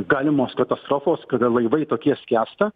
galimos katastrofos kada laivai tokie skęsta